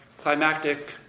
climactic